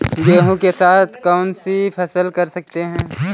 गेहूँ के साथ कौनसी फसल कर सकते हैं?